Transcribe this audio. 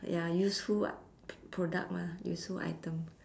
ya useful [what] p~ product mah useful item